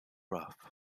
rough